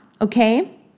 Okay